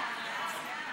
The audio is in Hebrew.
הרשימה